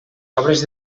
obres